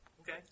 Okay